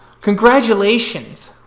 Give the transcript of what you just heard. Congratulations